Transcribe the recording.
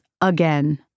again